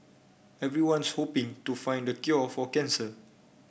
everyone's hoping to find the cure for cancer